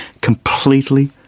completely